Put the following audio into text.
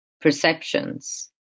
perceptions